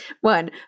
One